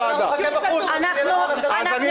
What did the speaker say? אז אנחנו